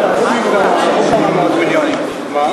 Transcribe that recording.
בבקשה.